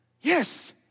Yes